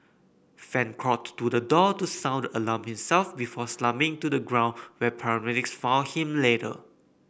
fan crawled to the door to sound the alarm himself before slumping to the ground where paramedics found him later